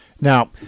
Now